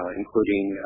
including